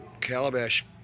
Calabash